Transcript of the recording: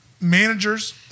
managers